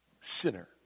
sinner